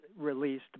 released